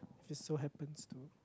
if so happens to